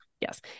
yes